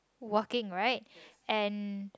working right and